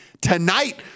tonight